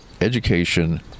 education